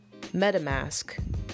MetaMask